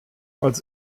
als